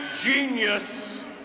genius